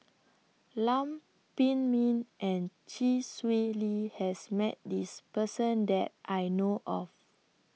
Lam Pin Min and Chee Swee Lee has Met This Person that I know of